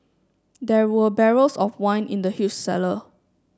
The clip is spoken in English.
there were barrels of wine in the huge cellar